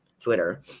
Twitter